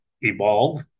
evolve